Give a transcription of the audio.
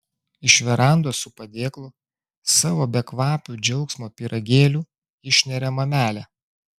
iš verandos su padėklu savo bekvapių džiaugsmo pyragėlių išneria mamelė